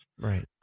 Right